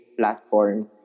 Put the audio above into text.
platform